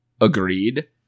Agreed